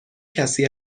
کسی